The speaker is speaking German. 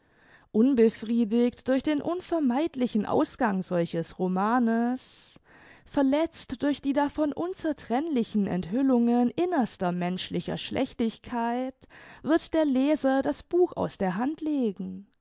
unbefriedigt durch den unvermeidlichen ausgang solches romanes verletzt durch die davon unzertrennlichen enthüllungen innerster menschlicher schlechtigkeit wird der leser das buch aus der hand legen